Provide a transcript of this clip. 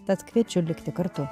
tad kviečiu likti kartu